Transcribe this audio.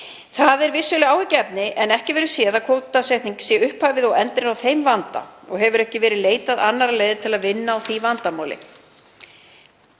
„Það er vissulega áhyggjuefni en ekki verður séð að kvótasetning sé upphafið og endirinn á þeim vanda og hefur ekki verið leitað annarra leiða til að vinna á því vandamáli.